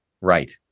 Right